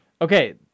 Okay